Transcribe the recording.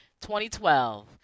2012